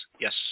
yes